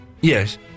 Yes